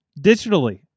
digitally